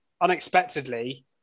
unexpectedly